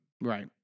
Right